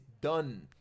done